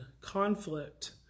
conflict